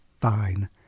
fine